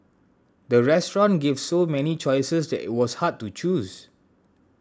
the restaurant gave so many choices that it was hard to choose